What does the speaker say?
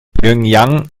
pjöngjang